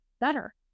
better